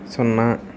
సున్నా